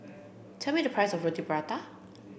tell me the price of Roti Prata